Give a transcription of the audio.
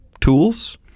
tools